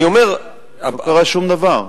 לא קרה שום דבר.